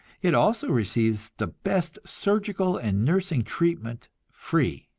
it also receives the best surgical and nursing treatment free.